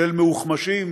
של מאוחמ"שים